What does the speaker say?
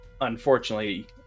unfortunately